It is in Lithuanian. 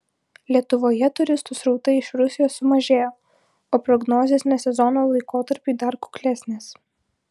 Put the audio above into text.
lietuvoje turistų srautai iš rusijos sumažėjo o prognozės ne sezono laikotarpiui dar kuklesnės